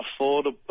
affordable